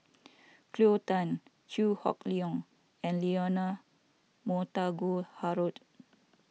Cleo Thang Chew Hock Leong and Leonard Montague Harrod